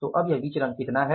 तो अब यह विचरण कितना है